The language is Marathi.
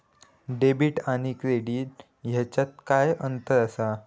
डेबिट आणि क्रेडिट ह्याच्यात काय अंतर असा?